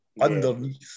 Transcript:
underneath